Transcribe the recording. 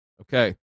Okay